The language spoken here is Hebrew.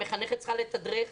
המחנכת צריכה לתדרך,